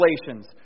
Galatians